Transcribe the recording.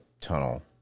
tunnel